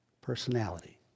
Personality